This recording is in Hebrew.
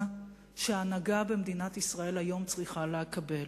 שההנהגה במדינת ישראל היום צריכה לקבל.